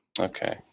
Okay